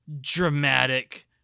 dramatic